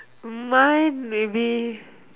mine maybe